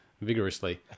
vigorously